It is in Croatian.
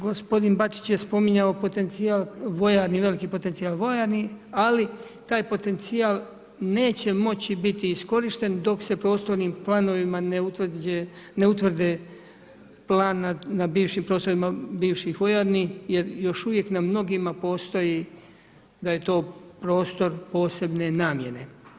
Gospodin Bačić je spominjao veliki potencijal vojarni, ali taj potencijal neće moći biti iskorišten dok se prostornim planovima ne utvrde plan na bivšim prostorima bivših vojarni jer još uvijek na mnogima postoji da je to prostor posebne namjene.